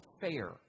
fair